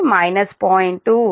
2 the sin 0